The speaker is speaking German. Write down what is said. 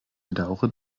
bedaure